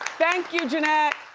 thank you janette.